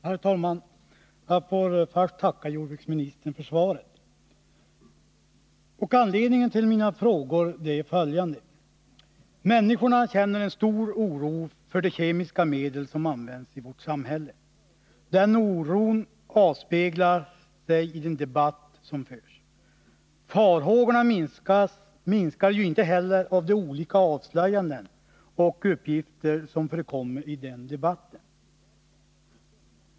Herr talman! Jag tackar jordbruksministern för svaret. Anledningen till mina frågor är följande. Människorna känner stor oro för de kemiska medel som används i vårt samhälle. Den oron avspeglas i den debatt som förs. Farhågorna minskar inte heller av de olika avslöjanden och uppgifter som förekommer i den debatten.